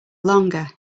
longer